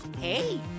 Hey